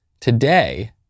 Today